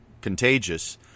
contagious